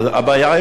הבעיה.